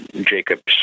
Jacobs